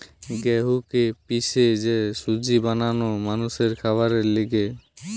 গেহুকে পিষে যে সুজি বানানো মানুষের খাবারের লিগে